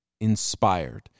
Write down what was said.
inspired